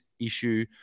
issue